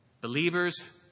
believers